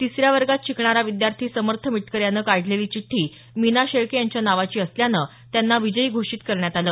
तिसऱ्या वर्गात शिकणारा विद्यार्थी समर्थ मिटकर याने काढलेली चिठ्ठी मीना शेळके यांच्या नावाची असल्यानं त्यांना विजयी घोषित करण्यात आलं